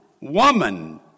woman